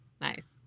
nice